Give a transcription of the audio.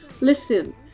Listen